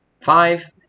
five